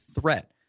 threat